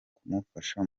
kumufasha